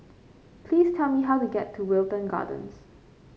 please tell me how to get to Wilton Gardens